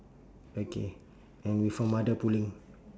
okay and with her mother pulling